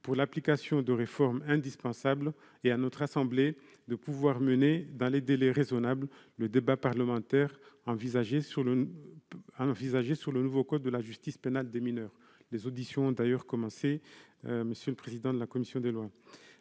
pour l'application de réformes indispensables et à notre Haute Assemblée de pouvoir mener, dans des délais raisonnables, le débat parlementaire envisagé sur le nouveau code de la justice pénale des mineurs. Les auditions ont d'ailleurs commencé, monsieur le président de la commission des lois.